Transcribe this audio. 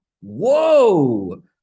Whoa